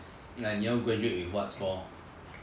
like 你要 graduate with what score